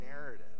narrative